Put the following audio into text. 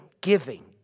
giving